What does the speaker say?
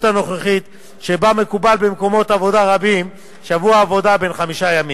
הנוכחית שבה מקובל במקומות עבודה רבים שבוע עבודה בן חמישה ימים.